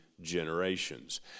generations